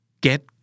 Get